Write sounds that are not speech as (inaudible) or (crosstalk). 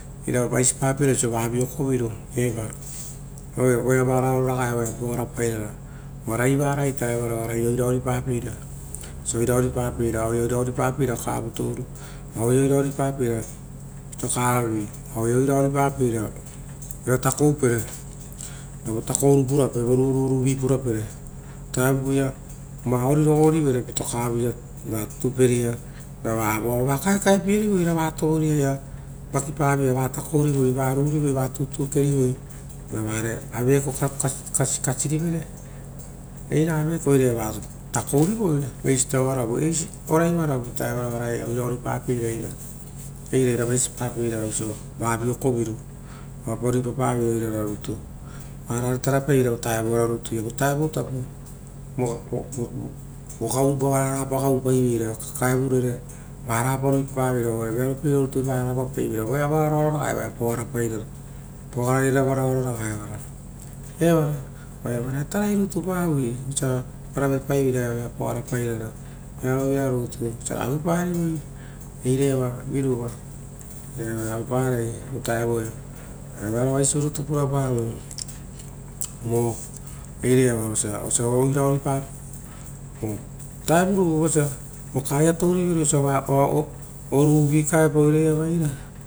Oiro a vaisipa peira osio vauiokoiro, uva pogara pairara voreoaro raga ita eva oire voia vararo raga ita evara, uva raivara ita evara oaraia oira oripai aueia oira oripa peira pitokaravi, aueia oira oripapeira aue oira ta kou paro, vo takuro purape, vo ruru korovi puraoro, uvutarovuia va orirogori vere pitokaraviia ra voava va kaekaepierivo ra voava va takourivoi ra va totokerivoi ra vare ave kasi kasirivere, eira aveva eriaia va takourivoi, oirai varo vuro ita evara oaraia oira ori papeira eira iria vaisipa peira oisi vaviokovoru oapa rii papa veira oirara rutu, oara re tarapai veira oirara rutu, oara kakaero tapo vo koviru ragapa gaupai veira kakavare varagapa riipapaveira. rei vira rutu vara pa gau paiveira. Voia raga vararoa eva pogara pairara oire pogarairara vararo raga evara eva oara ia tarai ruto pavo vosia eoa auepai vera eroia pogara pairara vearo vira rutu vouia ragai uvapari vo era iava viruva eriaia va reopara vovutaoia, uva vearo vaisiutu purapavoi vo eira iava oisia oira oripaivera o tavuroru vosa vokaea (hesitation) touri vere osia oruvi kapierivere oira iava eira.